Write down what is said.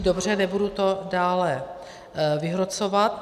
Dobře, nebudu to dále vyhrocovat.